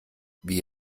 wie